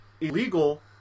illegal